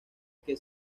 que